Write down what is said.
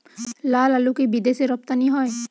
লালআলু কি বিদেশে রপ্তানি হয়?